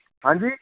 ਹਾਂਜੀ